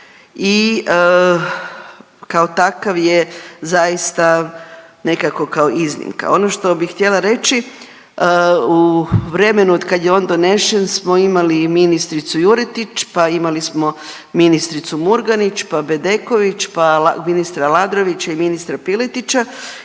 i kao takav je zaista nekako kao iznimka. Ono što bi htjela reći, u vremenu kad je on donesen smo imali i ministricu Juretić, pa imali smo ministricu Murganić, pa Bedeković, pa ministra Aladrovića i ministra Piletića